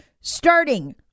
Starting